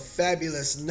fabulous